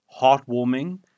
heartwarming